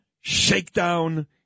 shakedown